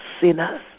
sinners